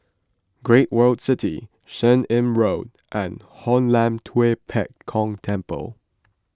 Great World City Seah Im Road and Hoon Lam Tua Pek Kong Temple